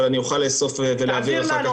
אבל אני אוכל לאסוף ולהעביר לוועדה.